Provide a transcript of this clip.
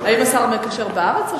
האם השר המקשר בארץ?